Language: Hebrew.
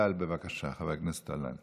חבר הכנסת אלי דלל,